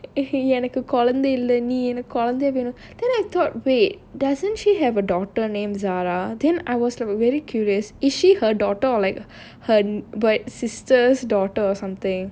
எனக்கு கொழந்த இல்ல நீ எனக்கு கொழந்த:enakku kolantha illa nee enakku kolantha then I thought wait doesn't she have a daughter named zara then I was very curious is she her daughter like her what sister's daughter or something